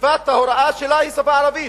ששפת ההוראה שלה היא השפה הערבית.